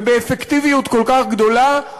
ובאפקטיביות כל כך גדולה,